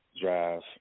drive